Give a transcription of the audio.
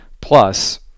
Plus